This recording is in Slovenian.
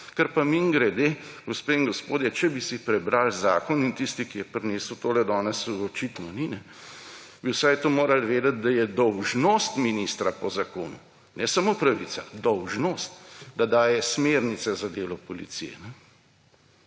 Kar pa, mimogrede gospe in gospodje, če bi si prebrali zakon ‒ in tisti, ki je prinesel tole danes, očitno ni ‒, bi vsaj to morali vedeti, da je dolžnost ministra po zakonu ‒ ne samo pravica, dolžnost ‒, da daje smernice za delo policije.